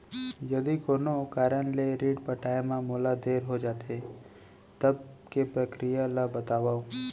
यदि कोनो कारन ले ऋण पटाय मा मोला देर हो जाथे, तब के प्रक्रिया ला बतावव